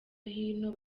hino